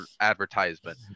advertisement